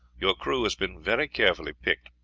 your crew has been very carefully picked.